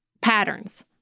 patterns